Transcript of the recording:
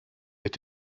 ait